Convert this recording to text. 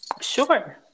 Sure